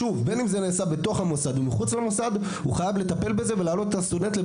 בין אם זה מחוץ למוסד ובין אם זה בבית של הסטודנט,